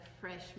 fresh